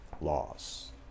laws